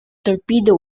torpedo